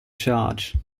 charge